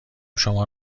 شما